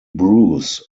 bruce